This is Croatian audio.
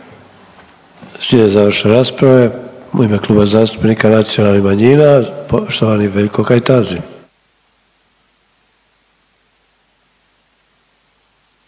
Slijede završne rasprave, u ime Kluba zastupnika nacionalnih manjina poštovani Veljko Kajtazi.